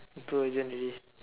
too urgent already